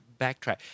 backtrack